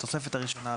בתוספת הראשונה,